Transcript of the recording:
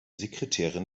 sekretärin